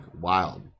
wild